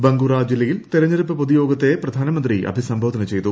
ബങ്കുറ ജില്ലയിൽ തെരഞ്ഞെടുപ്പ് പൊതുയോഗത്തെ പ്രധാനമന്ത്രി അഭിസംബോധന ചെയ്തു